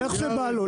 איך שבא לו.